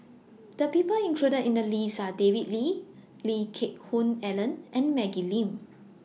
The People included in The list Are David Lee Lee Geck Hoon Ellen and Maggie Lim